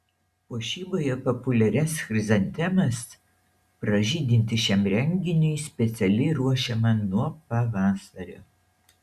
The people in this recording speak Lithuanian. puošyboje populiarias chrizantemas pražydinti šiam renginiui specialiai ruošiama nuo pavasario